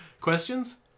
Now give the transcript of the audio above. questions